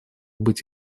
быть